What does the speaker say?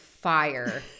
fire